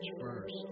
first